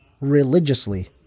religiously